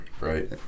right